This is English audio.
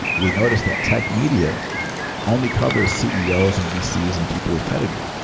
we noticed that tech media only covers ceos and vcs and people with high-degree,